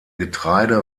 getreide